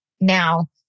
now